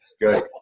Good